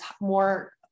more